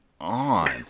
on